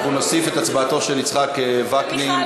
32 בעד, שישה מתנגדים,